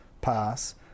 pass